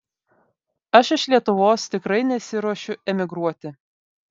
aš iš lietuvos tikrai nesiruošiu emigruoti